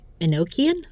Enochian